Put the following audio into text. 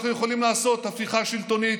אנחנו יכולים לעשות הפיכה שלטונית,